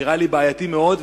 נראה לי בעייתי מאוד.